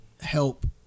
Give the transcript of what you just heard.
help